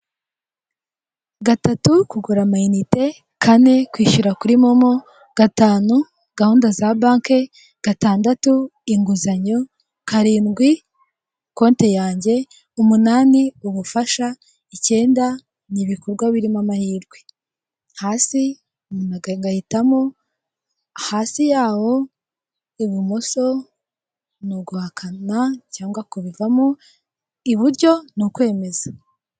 3. kugura ama inite 4. kwishyura kuri momo 5. Gahunda za banke 6. inguzanyo 7. konti yange 8. ubufasha 9. ibikorwa birimo amahirwe, hasi ngahitamo , hasi y'aho ibumoso ni uguhaka cyangwa kubivamo, iburyo ni ukwemeza